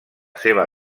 seva